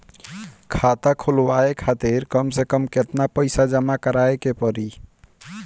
खाता खुलवाये खातिर कम से कम केतना पईसा जमा काराये के पड़ी?